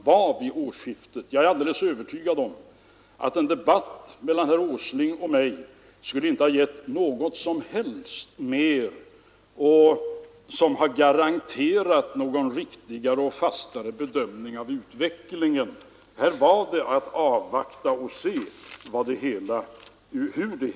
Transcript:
Vi nådde trots starka motsättningar en uppgörelse i en praktisk politisk fråga, en uppgörelse som garanterar en arbetsduglig riksdag ett tag framöver. Jag tror det är oriktigt att som princip fördöma förhandlingsvägen.